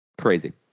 Crazy